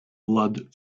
blood